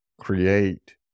create